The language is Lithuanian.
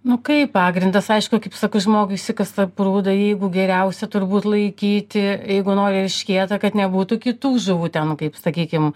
nu kaip pagrindas aišku kaip sakau žmogui išsikasa prūdą jeigu geriausia turbūt laikyti jeigu nori eršketą kad nebūtų kitų žuvų ten kaip sakykim